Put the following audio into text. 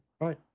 Right